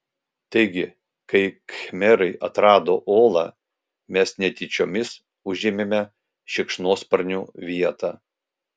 taigi kai khmerai atrado olą mes netyčiomis užėmėme šikšnosparnių vietą